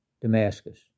Damascus